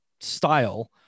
style